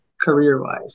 career-wise